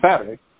Saturday